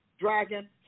dragon